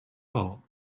all